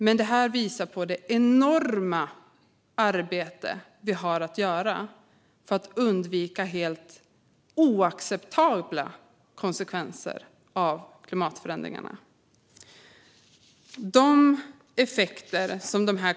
Men det visar på det enorma arbete vi har att göra för att undvika helt oacceptabla konsekvenser av klimatförändringarna.